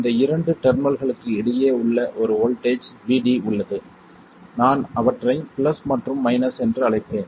இந்த இரண்டு டெர்மினல்களுக்கு இடையே ஒரு வோல்ட்டேஜ் Vd உள்ளது நான் அவற்றை பிளஸ் மற்றும் மைனஸ் என்று அழைப்பேன்